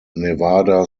nevada